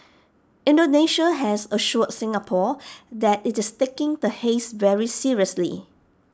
Indonesia has assured Singapore that IT is taking the haze very seriously